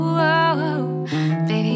baby